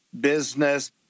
business